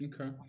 Okay